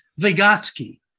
Vygotsky